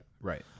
right